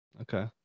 okay